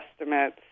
estimates